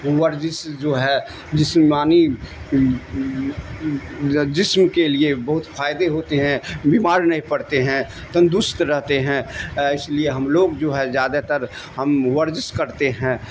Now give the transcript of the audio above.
ورزش جو ہے جسممانی جسم کے لیے بہت فائدے ہوتے ہیں بیمار نہیں پڑتے ہیں تندرست رہتے ہیں اس لیے ہم لوگ جو ہے زیادہ تر ہم ورزش کرتے ہیں